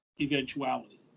eventuality